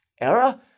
error